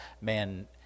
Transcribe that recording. man